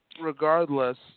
regardless –